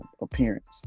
appearance